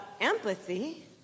empathy